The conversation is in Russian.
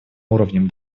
уровнем